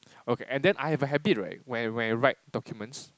okay and then I have a habit right when I when I write documents